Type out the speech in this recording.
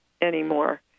anymore